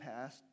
past